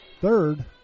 third